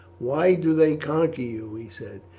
why do they conquer you? he said.